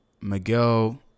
Miguel